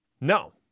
no